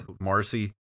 Marcy